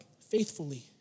faithfully